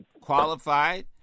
qualified